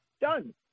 done